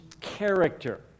character